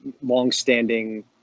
longstanding